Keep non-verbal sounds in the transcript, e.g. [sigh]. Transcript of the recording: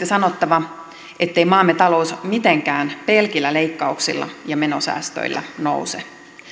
[unintelligible] sanottava ettei maamme talous mitenkään pelkillä leikkauksilla ja menosäästöillä nouse